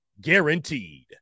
guaranteed